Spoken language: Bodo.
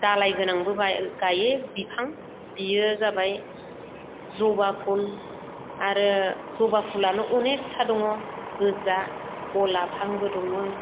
दालाइ गोनांबो गायो बिफां बेयो जाबाय जबा फुल आरो जबा फुलानो अनेखथा दङ गोजा गलाबहांबो दङो